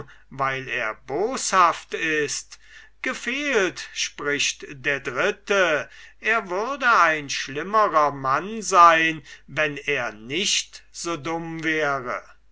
weil er boshaft ist gefehlt spricht der dritte er würde ein schlimmer mann sein wenn er nicht so dumm wäre